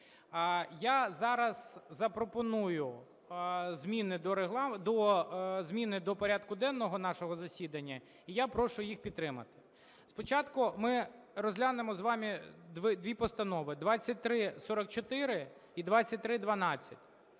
Я зараз запропоную зміни до порядку денного нашого засідання. І я прошу їх підтримати. Спочатку ми розглянемо з вами дві постанови: 2344 і 2312.